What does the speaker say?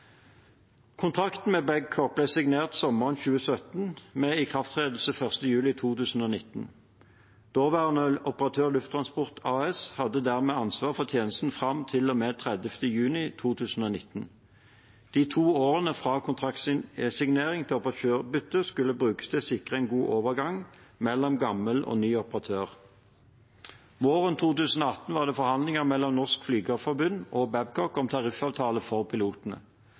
Kontrakten med Babcock ble signert sommeren 2017, med ikrafttredelse 1. juli 2019. Daværende operatør Lufttransport AS hadde dermed ansvaret for tjenesten til og med 30. juni 2019. De to årene fra kontraktsignering til operatørbytte skulle brukes til å sikre en god overgang mellom gammel og ny operatør. Våren 2018 var det forhandlinger mellom Norsk Flygerforbund og Babcock om tariffavtale for pilotene. Norsk Flygerforbund ønsket i utgangspunktet en virksomhetsoverdragelse, der alle pilotene